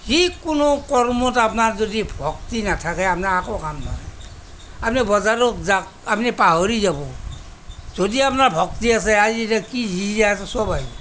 যিকোনো কৰ্মত আপোনাৰ যদি ভক্তি নাথাকে আপোনাৰ একো কাম নাই আপুনি বজাৰত যাওক আপুনি পাহৰি যাব যদি আপোনাৰ ভক্তি আছে আজি এতিয়া যি যি আছে চব আহিব